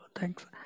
Thanks